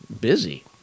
Busy